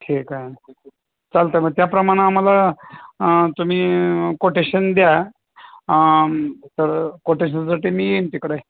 ठीक आहे चालतं मग त्याप्रमाणं आम्हाला तुम्ही कोटेशन द्या तर कोटेशनसाठी मी येईन तिकडे